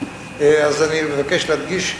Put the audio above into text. אז אני מבקש להדגיש.